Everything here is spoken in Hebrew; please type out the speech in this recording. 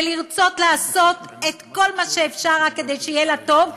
ולרצות לעשות את כל מה שאפשר רק כדי שיהיה בה טוב,